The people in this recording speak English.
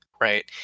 right